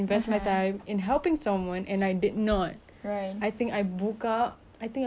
I think I buka I think a few times !chey! nak cakap saya baik eh tapi tak lah